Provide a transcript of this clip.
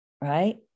right